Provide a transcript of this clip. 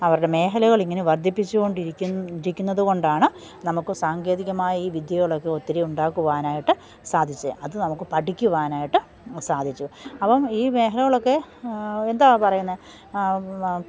അവരുടെ മേഖലകളിങ്ങനെ വർധിപ്പിച്ചുകൊണ്ടിരിക്കു ഇരിക്കുന്നതുകൊണ്ടാണ് നമുക്കു സാങ്കേതികമായ ഈ വിദ്യകളൊക്കെ ഒത്തിരിയുണ്ടാക്കുവാനായിട്ട് സാധിച്ചത് അത് നമുക്ക് പഠിക്കുവാനായിട്ട് സാധിച്ചു അപ്പോള് ഈ മേഖലകളൊക്കെ എന്താ പറയുന്നെ